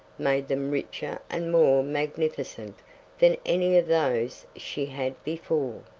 made them richer and more magnificent than any of those she had before.